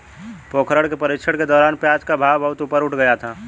पोखरण के प्रशिक्षण के दौरान प्याज का भाव बहुत ऊपर उठ गया था